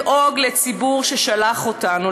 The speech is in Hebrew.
לדאוג לציבור ששלח אותנו,